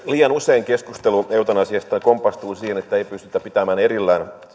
liian usein keskustelu eutanasiasta kompastuu siihen että ei pystytä pitämään erillään